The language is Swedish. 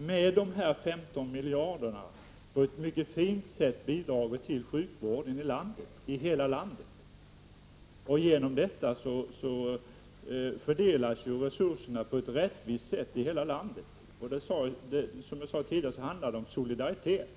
Med de här 15 miljarderna har staten på ett mycket fint sätt bidragit till sjukvården i hela landet, och därigenom fördelas resurserna på ett rättvist sätt. Som jag sade tidigare handlar det om solidaritet,